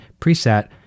preset